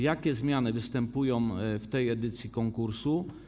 Jakie zmiany występuję w tej edycji konkursu?